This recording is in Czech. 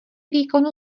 výkonu